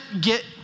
get